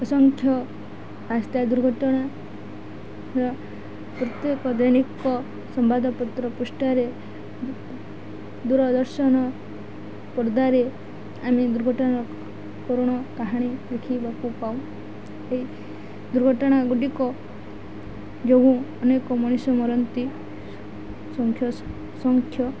ଅସଂଖ୍ୟ ରାସ୍ତା ଦୁର୍ଘଟଣା ପ୍ରତ୍ୟେକ ଦୈନିକ ସମ୍ବାଦପତ୍ର ପୃଷ୍ଠାରେ ଦୂରଦର୍ଶନ ପର୍ଦାରେ ଆମେ ଦୁର୍ଘଟଣା କରୁଣ କାହାଣୀ ଦେଖିବାକୁ ପାଉ ଏହି ଦୁର୍ଘଟଣା ଗୁଡ଼ିକ ଯଉଁ ଅନେକ ମଣିଷ ମରନ୍ତି ସଂଖ୍ୟ ସଂଖ୍ୟ